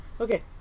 Okay